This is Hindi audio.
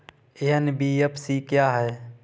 एन.बी.एफ.सी क्या है?